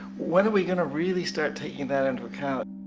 when are we gonna really start taking that into account?